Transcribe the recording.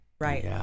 right